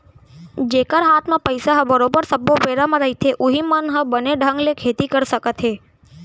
जेखर हात म पइसा ह बरोबर सब्बो बेरा म रहिथे उहीं मन ह बने ढंग ले खेती कर सकत हे